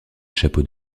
chapeaux